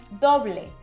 doble